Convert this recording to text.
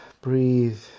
breathe